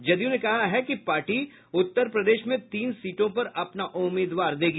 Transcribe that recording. जदयू ने कहा है कि पार्टी उत्तर प्रदेश में तीन सीटों पर अपना उम्मीदवार देगी